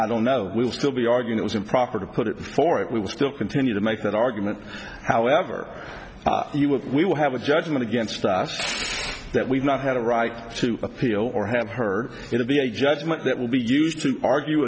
i don't know we'll still be arguing it was improper to put it before it we will still continue to make that argument however we will have a judgment against that we've not had a right to appeal or have heard it to be a judgment that will be used to argue